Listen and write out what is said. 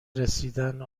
رسیدن